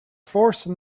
forcing